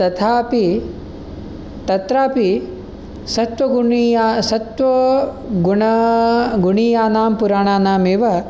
तथापि तत्रापि सत्त्वगुणीया सत्त्व गुणा गुणीयानां पुराणानाम् एव